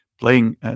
playing